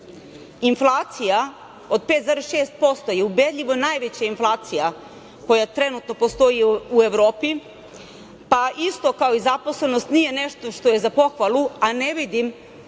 Inflacija od 5,6% je ubedljivo najveća inflacija koja trenutno postoji u Evropi, pa isto kao i zaposlenost nije nešto što je za pohvalu, a ne vidim